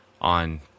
on